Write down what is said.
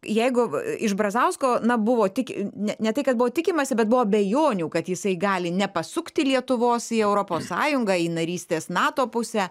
jeigu iš brazausko na buvo tik ne ne tai kad buvo tikimasi bet buvo abejonių kad jisai gali nepasukti lietuvos į europos sąjungą į narystės nato pusę